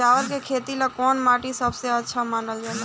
चावल के खेती ला कौन माटी सबसे अच्छा मानल जला?